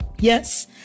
Yes